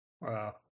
Wow